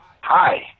Hi